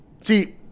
see